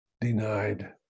denied